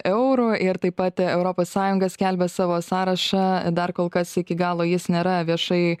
eurų ir taip pat europos sąjunga skelbia savo sąrašą dar kol kas iki galo jis nėra viešai